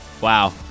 Wow